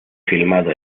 filmado